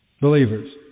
believers